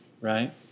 right